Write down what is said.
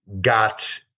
got